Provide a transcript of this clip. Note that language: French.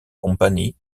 company